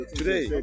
today